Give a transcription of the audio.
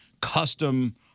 custom